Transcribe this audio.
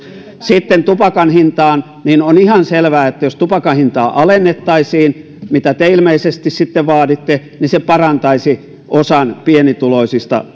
sitten tupakan hintaan on ihan selvää että jos tupakan hintaa alennettaisiin mitä te ilmeisesti sitten vaaditte niin se parantaisi pienituloisista